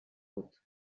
put